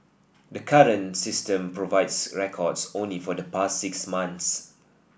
the current system provides records only for the past six months